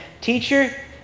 Teacher